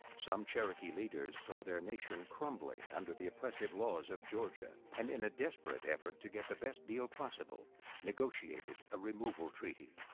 some cherokee leaders saw their nation crumbling under the oppressive laws have georgia and in a desperate effort to get the best deal possible negotiated a removal treaty.